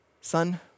son